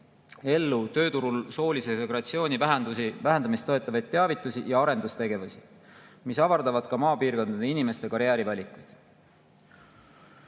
ellu tööturul soolise segregatsiooni vähendamist toetavaid teavitus- ja arendustegevusi, mis avardavad maapiirkondade inimeste karjäärivalikuid.